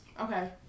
Okay